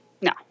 No